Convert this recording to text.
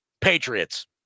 Patriots